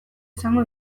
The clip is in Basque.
izango